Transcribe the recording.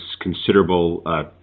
considerable